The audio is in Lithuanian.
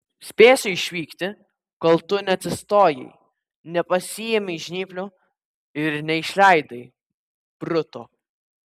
spėsiu išvykti kol tu neatsistojai nepasiėmei žnyplių ir neišleidai bruto